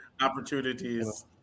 opportunities